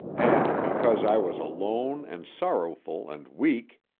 and because i was alone and sorrowful and weak,